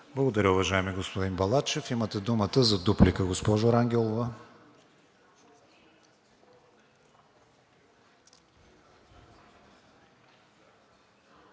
Благодаря, уважаеми господин Свиленски. Имате думата за дуплика, госпожо Йорданова.